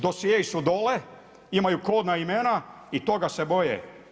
Dosjei su dole, imaju kodna imena i toga se boje.